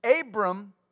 Abram